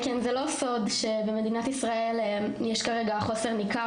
סוד שבמדינת ישראל יש כרגע חוסר ניכר